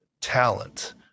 talent